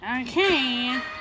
Okay